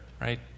right